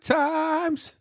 times